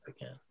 again